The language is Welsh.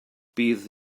bydd